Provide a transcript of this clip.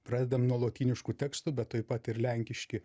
pradedam nuo lotyniškų tekstų bet tuoj pat ir lenkiški